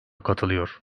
katılıyor